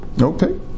Okay